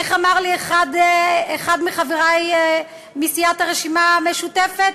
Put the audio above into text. איך אמר לי אחד מחברי מסיעת הרשימה המשותפת?